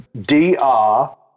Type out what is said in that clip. D-R